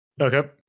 Okay